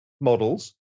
models